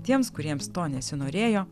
tiems kuriems to nesinorėjo